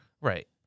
right